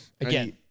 Again